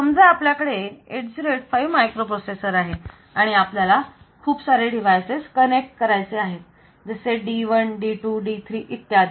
समजा आपल्याकडे 8085 मायक्रोप्रोसेसर आहे आणि आपल्याला खूप सारे डिव्हाइसेस कनेक्ट करायचे आहेत जसे D1D2D3 इत्यादी